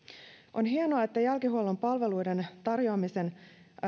on hienoa että jälkihuollon palveluiden tarjoamisen